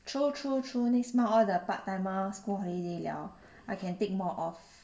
true true true next month all the part timers 不会累 liao I can take more off